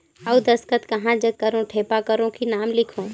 अउ दस्खत कहा जग करो ठेपा करो कि नाम लिखो?